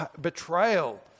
betrayal